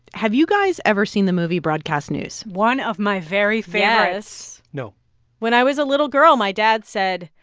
have you guys ever seen the movie broadcast news? one of my very favorites yes no when i was a little girl, my dad said,